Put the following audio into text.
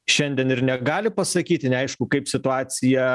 šiandien ir negali pasakyti neaišku kaip situacija